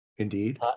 Indeed